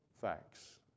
facts